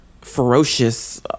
ferocious